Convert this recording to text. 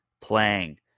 playing